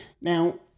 Now